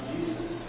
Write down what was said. Jesus